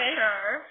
sure